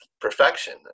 perfection